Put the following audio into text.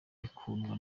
ikundwa